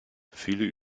viele